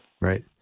Right